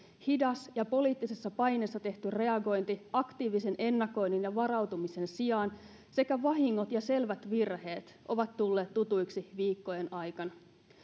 hidas ja poliittisessa paineessa tehty reagointi aktiivisen ennakoinnin ja varautumisen sijaan sekä vahingot ja selvät virheet ovat tulleet tutuiksi viikkojen aikana